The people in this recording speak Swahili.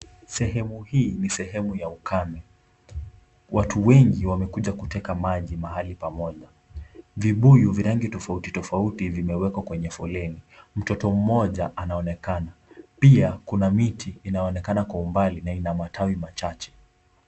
Sehemu hii ni sehemu ya ukame, watu wengi wamekuja kuteka maji mahali pamoja. Vibuyu vya rangi tofauti tofauti, vimewekwa kwenye foleni. Mtoto mmoja anaonekana. Pia kuna miti inaonekana kwa umbali na ina matawi machache.